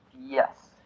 Yes